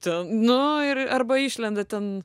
ten nu ir arba išlenda ten